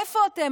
איפה אתם?